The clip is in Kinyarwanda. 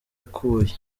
akuya